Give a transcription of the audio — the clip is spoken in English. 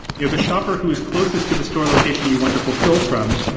you know the shopper who is closest to the store location we want to fulfill from,